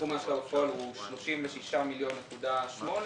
סכום ההשקעה בפועל הוא 36.8 מיליון.